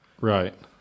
Right